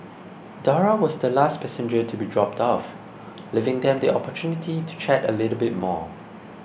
Dora was the last passenger to be dropped off leaving them the opportunity to chat a little bit more